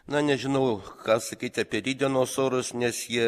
na nežinau ką sakyti apie rytdienos orus nes jie